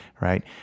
Right